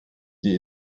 die